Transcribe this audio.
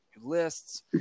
lists